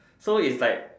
so it's like